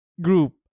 group